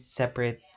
separate